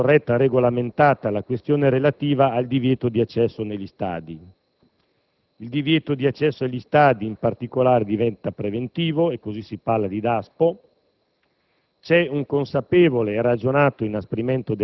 luogo, è stato in maniera precisa e più corretta regolamentata la questione relativa al divieto di acceso negli stadi, tale divieto, in particolare, diventa preventivo (così si parla di DASPO).